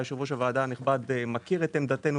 1.6%. יושב-ראש הוועדה הנכבד מכיר את עמדתנו